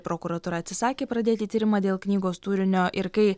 prokuratūra atsisakė pradėti tyrimą dėl knygos turinio ir kai